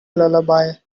lullaby